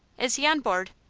is he on board?